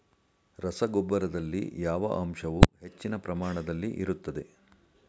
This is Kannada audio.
ರಸಗೊಬ್ಬರದಲ್ಲಿ ಯಾವ ಅಂಶವು ಹೆಚ್ಚಿನ ಪ್ರಮಾಣದಲ್ಲಿ ಇರುತ್ತದೆ?